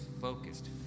focused